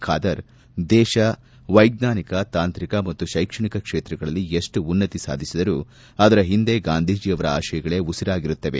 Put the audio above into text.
ಖಾದರ್ದೇಶ ವೈಜ್ಞಾನಿಕ ತಾಂತ್ರಿಕ ಮತ್ತು ಶೈಕ್ಷಣಿಕ ಕ್ಷೇತ್ರಗಳಲ್ಲಿ ಎಷ್ಟು ಉನ್ನತಿ ಸಾಧಿಸಿದರೂ ಅದರ ಹಿಂದೆ ಗಾಂಧೀಜಿಯವರ ಆಶಯಗಳೇ ಉಸಿರಾಗಿರುತ್ತವೆ